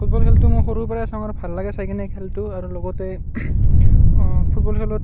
football খেলটো মই সৰুৰ পৰাই চাওঁ আৰু ভাল লাগে চাই কেনে খেলটো আৰু লগতে ফুটবল খেলত